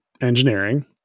engineering